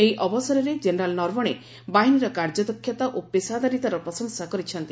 ଏହି ଅବସରରେ କେନେରାଲ୍ ନର୍ବଣେ ବାହିନୀର କାର୍ଯ୍ୟଦକ୍ଷତା ଓ ପେଶାଦାରିତାର ପ୍ରଶଂସା କରିଛନ୍ତି